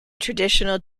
traditional